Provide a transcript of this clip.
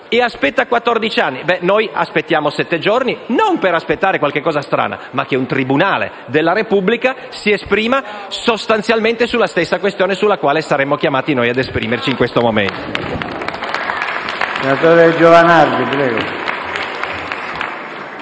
aspettato quattordici anni! Noi allora aspettiamo sette giorni, e non per aspettare qualcosa di strano, ma affinché un tribunale della Repubblica si esprima, sostanzialmente, sulla stessa questione sulla quale saremmo chiamati noi ad esprimerci in questo momento.